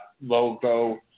logo